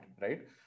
right